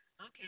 Okay